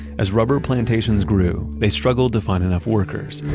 as rubber plantations grew, they struggled to find enough workers.